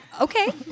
Okay